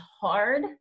hard